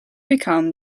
become